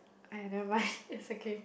!aiya! never mind it's okay